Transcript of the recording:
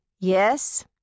Yes